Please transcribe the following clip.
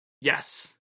yes